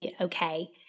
okay